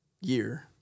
year